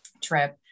trip